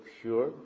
pure